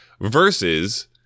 versus